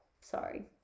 sorry